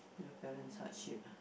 your parents hardship